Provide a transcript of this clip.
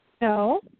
No